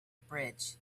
bridge